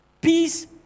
Peace